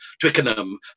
Twickenham